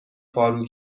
پارو